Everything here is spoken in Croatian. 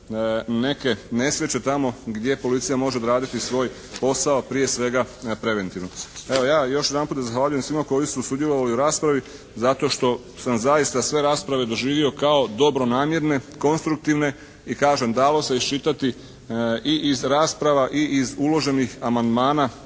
neke nesreće tamo gdje policija može odraditi svoj posao, prije svega preventivno. Evo ja još jedanput zahvaljujem svima koji su sudjelovali u raspravi zato što sam zaista sve rasprave doživio kao dobronamjerne, konstruktivne i kažem dalo se iščitati i iz rasprava i iz uloženih amandmana